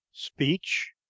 Speech